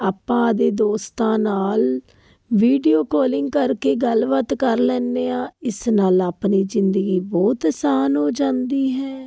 ਆਪਾਂ ਆਪਦੇ ਦੋਸਤਾਂ ਨਾਲ ਵੀਡੀਓ ਕਾਲਿੰਗ ਕਰਕੇ ਗੱਲਬਾਤ ਕਰ ਲੈਦੇ ਹਾਂ ਇਸ ਨਾਲ ਆਪਣੀ ਜ਼ਿੰਦਗੀ ਬਹੁਤ ਆਸਾਨ ਹੋ ਜਾਂਦੀ ਹੈ